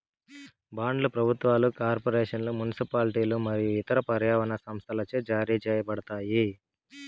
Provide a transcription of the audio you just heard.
బాండ్లు ప్రభుత్వాలు, కార్పొరేషన్లు, మునిసిపాలిటీలు మరియు ఇతర పర్యావరణ సంస్థలచే జారీ చేయబడతాయి